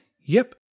Yep